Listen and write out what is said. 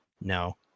no